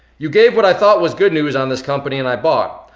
you gave what i thought was good news on this company and i bought.